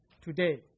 today